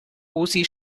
osi